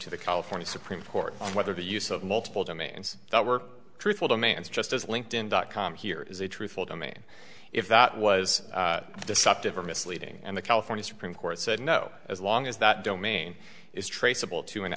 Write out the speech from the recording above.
to the california supreme court on whether the use of multiple domains that were truthful demands just as linked in dot com here is a truthful domain if that was deceptive or misleading and the california supreme court said no as long as that domain is traceable to an